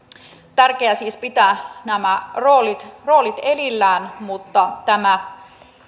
tärkeää on siis pitää nämä roolit roolit erillään tämä